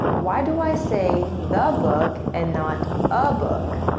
why do i say the book and not a book?